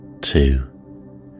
Two